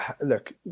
look